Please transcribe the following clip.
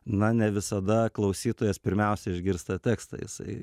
na ne visada klausytojas pirmiausia išgirsta tekstą jisai